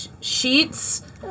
sheets